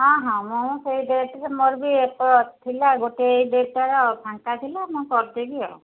ହଁ ହଁ ମୁଁ ସେଇ ଡେଟ୍ରେ ମୋର ବି ଏକ ଥିଲା ଗୋଟେ ଏଇ ଡେଟ୍ଟାର ଫାଙ୍କା ଥିଲା ମୁଁ କରିଦେବି ଆଉ